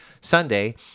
Sunday